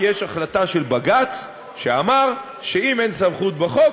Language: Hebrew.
כי יש החלטה של בג"ץ שאמר שאם אין סמכות בחוק,